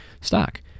stock